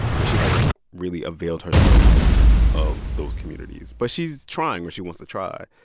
but she hasn't really availed herself of those communities. but she's trying, or she wants to try.